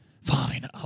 Fine